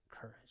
courage